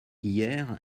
hier